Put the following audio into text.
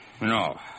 No